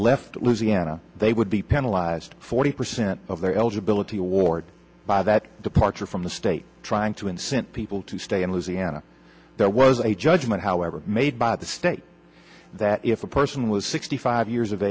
left louisiana they would be penalize forty percent of their eligibility award by that departure from the state trying to incent people to stay and lose and there was a judgment however made by the state that if a person was sixty five years of